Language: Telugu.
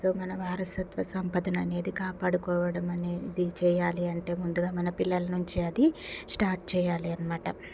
సో మన వారసత్వ సంపదన అనేది కాపాడుకోవడం అనేది చేయాలి అంటే ముందుగా మన పిల్లల నుంచి అది స్టార్ట్ చేయాలనమాట